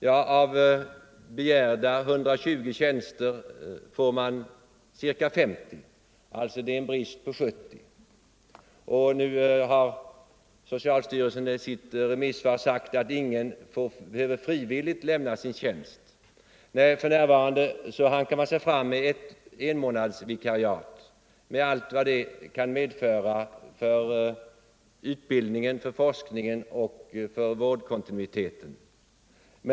Jo, av begärda 120 tjänster får man ca 50. Det är alltså en brist på 70 tjänster. Och nu har socialstyrelsen i sitt remissvar sagt att ingen behöver av tvång lämna sin tjänst. Nej, för närvarande hankar man sig fram med enmånadsvikariat, med allt vad det kan innebära för utbildningen, för forskningen och för vårdkontinuiteten.